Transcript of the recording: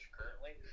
currently